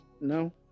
no